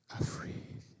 afraid